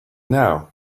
now